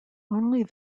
only